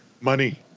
money